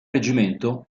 reggimento